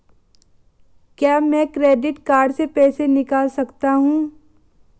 क्या मैं credit card से पैसे निकाल सकता हूँ?